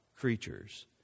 Creatures